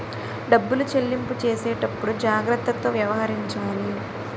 డబ్బులు చెల్లింపు చేసేటప్పుడు జాగ్రత్తతో వ్యవహరించాలి